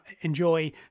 enjoy